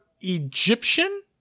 Egyptian